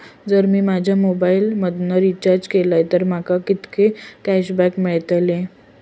जर मी माझ्या मोबाईल मधन रिचार्ज केलय तर माका कितके कॅशबॅक मेळतले?